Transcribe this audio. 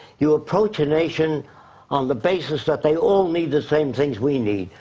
you approach a nation on the basis that they all need the same things we need.